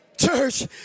Church